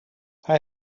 hij